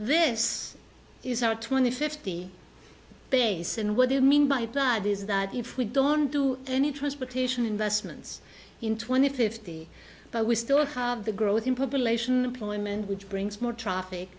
this is our twenty fifty base and what they mean by plod is that if we don't do any transportation investments in twenty fifty but we still have the growth in population problem and which brings more tr